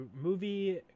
movie